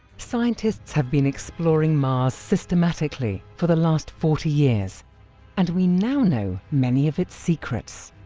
scientists have been exploring mars systematically for the last forty years and we now know many of its secrets.